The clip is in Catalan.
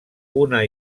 una